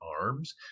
arms